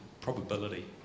probability